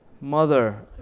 mother